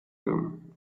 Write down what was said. room